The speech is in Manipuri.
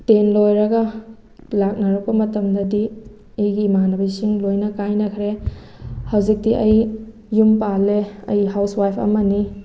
ꯇꯦꯟ ꯂꯣꯏꯔꯒ ꯂꯥꯛꯅꯔꯛꯄ ꯃꯇꯝꯗꯗꯤ ꯑꯩꯒꯤ ꯏꯃꯥꯟꯅꯕꯤꯁꯤꯡ ꯂꯣꯏꯅ ꯀꯥꯏꯅꯈ꯭ꯔꯦ ꯍꯧꯖꯤꯛꯇꯤ ꯑꯩ ꯌꯨꯝ ꯄꯥꯜꯂꯦ ꯑꯩ ꯍꯥꯎꯁ ꯋꯥꯏꯐ ꯑꯃꯅꯤ